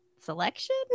Selection